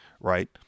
right